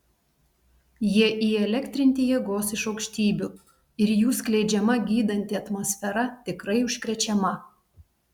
jie įelektrinti jėgos iš aukštybių ir jų skleidžiama gydanti atmosfera tikrai užkrečiama